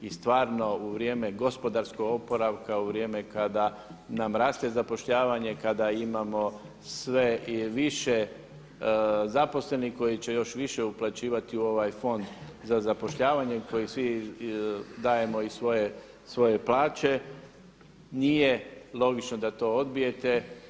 I stvarno u vrijeme gospodarskog oporavka, u vrijeme kada nam raste zapošljavanje, kada imamo sve i više zaposlenih koji će još više uplaćivati u ovaj Fond za zapošljavanje koji svi dajemo iz svoje plaće nije logično da to odbijete.